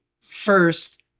first